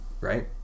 right